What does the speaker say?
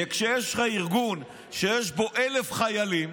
וכשיש לך ארגון שיש בו 1,000 חיילים,